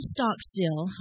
Stockstill